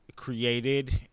Created